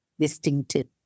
distinctive